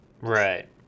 Right